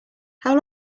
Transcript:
how